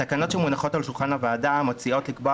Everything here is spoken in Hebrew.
התקנות שמונחות על שולחן הוועדה מציעות לקבוע